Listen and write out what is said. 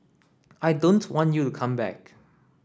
I don't want you come back